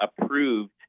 approved